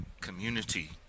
community